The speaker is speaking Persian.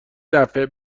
دفعه